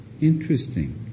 interesting